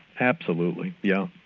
absolutely, yeah